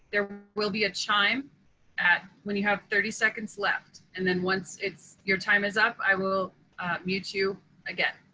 there will be a chime at when you have thirty seconds left, and then once it's your time is up, i will mute you again.